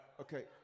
okay